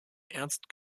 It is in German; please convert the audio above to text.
ernst